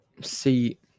see